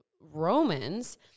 Romans